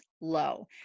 low